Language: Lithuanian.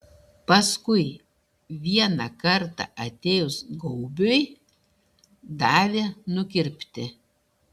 paskui vieną kartą atėjus gaubiui davė nukirpti